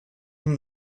from